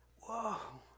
whoa